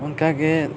ᱚᱱᱠᱟ ᱜᱮ